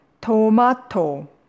Tomato